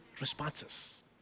responses